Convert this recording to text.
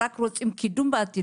רק רוצים קידום בעתיד.